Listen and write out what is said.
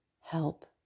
help